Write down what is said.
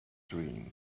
dream